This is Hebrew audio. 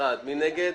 מי נגד?